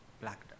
Black